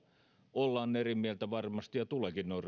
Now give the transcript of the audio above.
ollaan varmasti eri mieltä ja tuleekin